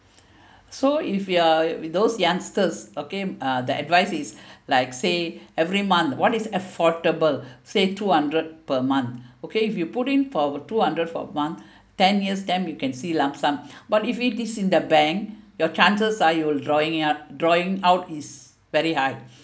so if you are those youngsters okay uh the advice is like say every month what is affordable say two hundred per month okay if you put in for two hundred per month ten years time you can see lump sum but if it is in the bank your chances are you're drawing it up drawing out is very high